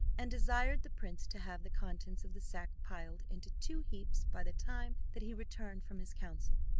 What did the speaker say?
and desired the prince to have the contents of the sack piled into two heaps by the time that he returned from his council.